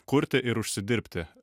kurti ir užsidirbti